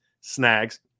snags